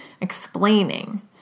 explaining